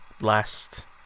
last